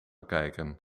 kijken